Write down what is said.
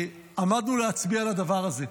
שעמדנו להצביע על הדבר הזה.